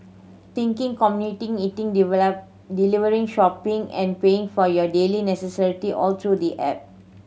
thinking commuting eating delivering shopping and paying for your daily necessity all through the app